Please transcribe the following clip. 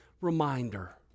reminder